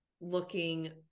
looking